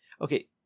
okay